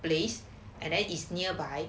place and then it is nearby